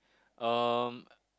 um